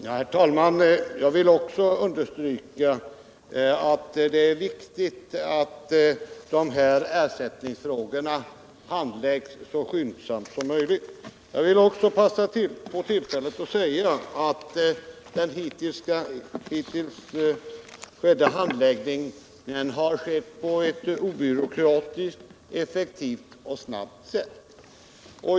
Herr talman! Jag vill också understryka att det är viktigt att ersättningsfrågorna handläggs så skyndsamt som möjligt. Jag vill dessutom passa på tillfället att säga att handläggningen hittills har skötts på ett obyråkratiskt, effektivt och snabbt sätt.